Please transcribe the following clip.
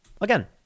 Again